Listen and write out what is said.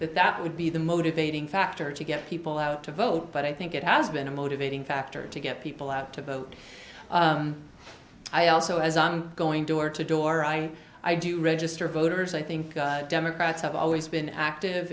that that would be the motivating factor to get people out to vote but i think it has been a motivating factor to get people out to vote i also as i'm going door to door i do register voters i think democrats have always been active